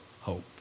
hope